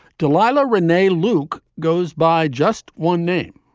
delilah, rene, luke goes by just one name,